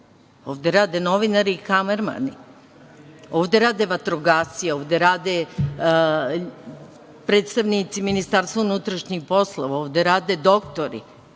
Ovde rade novinari i kamermani. Ovde rade vatrogasci. Ovde rade predstavnici Ministarstva unutrašnjih poslova. Ovde rade doktori. Ne